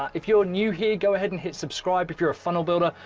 if you're new here, go ahead and hit subscribe if you're a funnel builder,